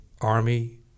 Army